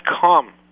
come